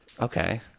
okay